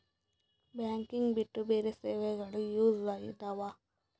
Banking ಬಿಟ್ಟು ಬೇರೆ ಸೇವೆಗಳು ಯೂಸ್ ಇದಾವ?